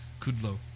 Kudlow